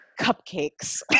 cupcakes